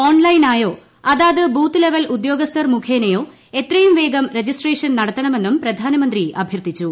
ഓൺലൈനായോ അതാത് booth level ഉദ്യോഗസ്ഥർ മുഖേനയോ എത്രയും വേഗം രജിസ്ട്രേഷൻ നടത്തണമെന്നും പ്രധാനമന്ത്രി അഭ്യർത്ഥിച്ചു